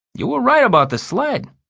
you were right about the sled!